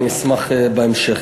אני אשמח, בהמשך.